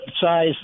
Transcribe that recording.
size